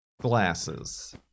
glasses